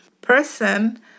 person